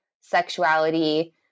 sexuality